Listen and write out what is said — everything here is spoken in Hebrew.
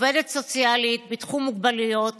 עובדת סוציאלית בתחום מוגבלויות